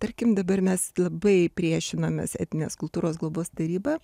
tarkim dabar mes labai priešinamės etninės kultūros globos taryba